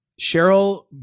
Cheryl